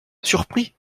surpris